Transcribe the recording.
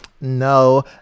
no